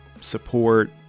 support